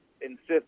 insist